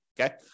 okay